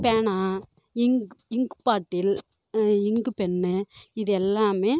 பேனா ink ink bottle ink pen இது எல்லாமே